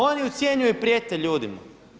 Oni ucjenjuju i prijete ljudima.